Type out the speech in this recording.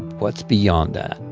what's beyond that?